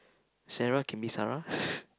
Sarah can be Sarah